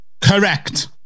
Correct